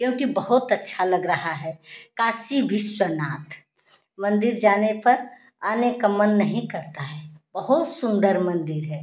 क्योंकि बहुत अच्छा लग रहा है काशी विश्वनाथ मंदिर जाने पर आने का मन नहीं करता है बहुत सुंदर मंदिर है